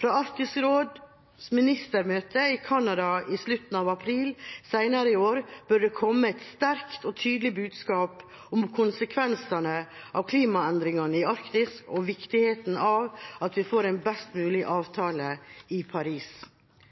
Fra Arktisk råds ministermøte i Canada i slutten av april senere i år bør det komme et sterkt og tydelig budskap om konsekvensene av klimaendringene i Arktis og viktigheten av at vi får en best mulig avtale i Paris.